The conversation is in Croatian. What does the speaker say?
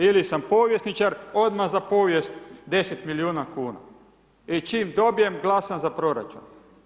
Ili sam povjesničar odmah za povijest 10 milijuna kuna i čim dobijem glasam za proračun.